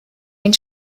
den